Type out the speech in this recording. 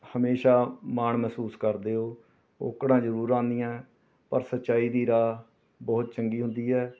ਹਮੇਸ਼ਾਂ ਮਾਣ ਮਹਿਸੂਸ ਕਰਦੇ ਹੋ ਔਕੜਾਂ ਜ਼ਰੂਰ ਆਉਂਦੀਆਂ ਪਰ ਸੱਚਾਈ ਦੀ ਰਾਹ ਬਹੁਤ ਚੰਗੀ ਹੁੰਦੀ ਹੈ